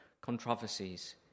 controversies